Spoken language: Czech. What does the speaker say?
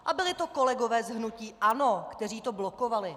A byli to kolegové z hnutí ANO, kteří to blokovali.